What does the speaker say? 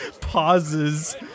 pauses